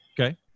Okay